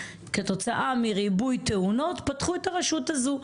כתוצאה מריבוי תאונות פתחו את הרשות הזו.